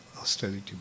austerity